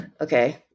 okay